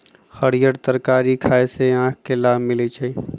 हरीयर तरकारी खाय से आँख के लाभ मिलइ छै